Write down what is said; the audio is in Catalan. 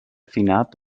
finat